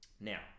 Now